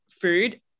food